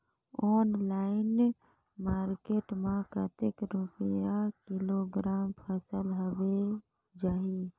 Online market मां कतेक रुपिया किलोग्राम फसल हवे जाही?